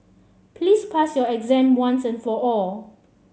please pass your exam once and for all